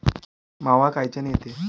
मावा कायच्यानं येते?